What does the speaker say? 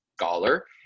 scholar